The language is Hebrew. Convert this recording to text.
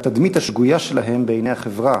והתדמית השגויה שלהם בעיני החברה,